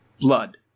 Blood